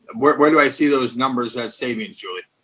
where where do i see those numbers, that savings, julie?